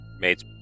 Mates